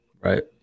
Right